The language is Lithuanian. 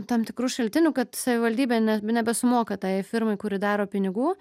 tam tikrų šaltinių kad savivaldybė ne nebesumoka tai firmai kuri daro pinigų